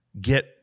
get